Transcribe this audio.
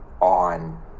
on